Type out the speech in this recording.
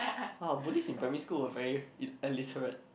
ah bullies in primary school are very ill~ illiteral